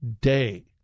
day